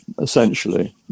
essentially